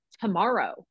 tomorrow